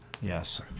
Yes